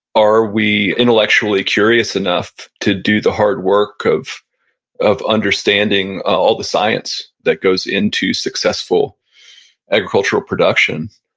are we intellectually curious enough to do the hard work of of understanding all the science that goes into successful agricultural production?